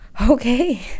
okay